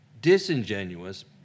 disingenuous